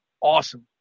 Awesome